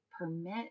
permit